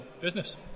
business